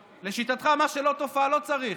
לשיטתך, מה שלא תופעה, לא צריך,